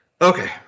Okay